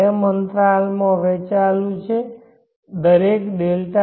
અંતરાલમાં વહેંચાયેલું છે દરેક Δt